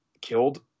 killed